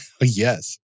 Yes